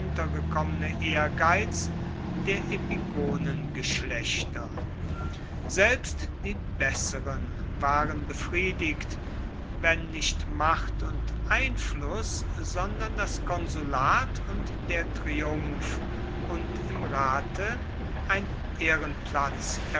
heruntergekommene ehrgeiz der epigonengeschlechter selbst die besseren waren befriedigt wenn nicht macht und einfluß sondern das konsulat und der triumph und im rate ein ehrenplatz